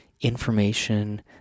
information